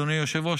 אדוני היושב-ראש,